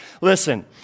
Listen